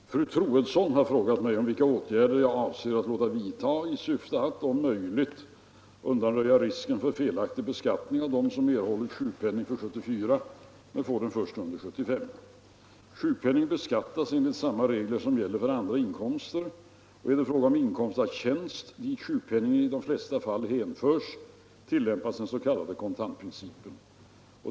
Herr talman! Fru Troedsson har frågat mig om vilka åtgärder jag avser att låta vidta i syfte att — om möjligt — undanröja risken för felaktig beskattning av dem som erhållit sjukpenning för 1974 först under 1975. Sjukpenning beskattas enligt samma regler som gäller för andra inkomster. Är det fråga om inkomst av tjänst, dit sjukpenningen i de flesta fall hänförs, tillämpas den s.k. kontantprincipen.